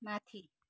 माथि